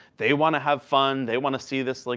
they want to have fun. they want to see this, like,